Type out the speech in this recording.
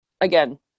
again